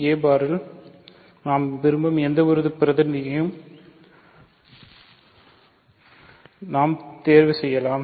a பாரில் நாம் விரும்பும் எந்தவொரு பிரதிநிதியையும் நாங்கள் தேர்வு செய்யலாம்